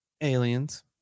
aliens